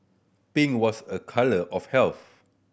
pink was a colour of health